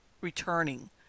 returning